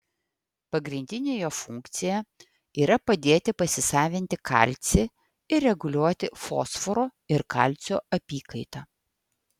pagrindinė jo funkcija yra padėti pasisavinti kalcį ir reguliuoti fosforo ir kalcio apykaitą